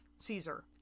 Caesar